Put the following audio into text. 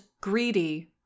greedy